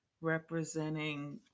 representing